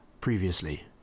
Previously